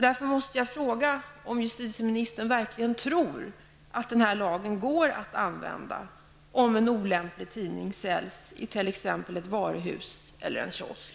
Tror verkligen justitieministern att lagen går att använda om en olämplig tidning säljs i t.ex. ett varuhus eller en kiosk?